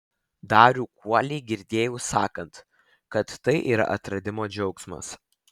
darių kuolį girdėjau sakant kad tai yra atradimo džiaugsmas